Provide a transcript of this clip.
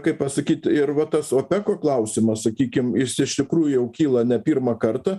kaip pasakyt ir va tas opeko klausimas sakykim jis iš tikrųjų jau kyla ne pirmą kartą